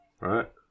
Right